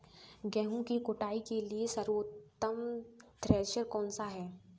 गेहूँ की कुटाई के लिए सर्वोत्तम थ्रेसर कौनसा है?